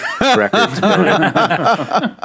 Records